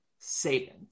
Saban